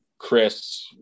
Chris